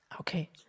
Okay